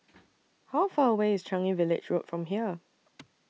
How Far away IS Changi Village Road from here